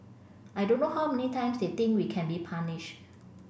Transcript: I don't know how many times they think we can be punished